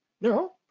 No